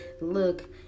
look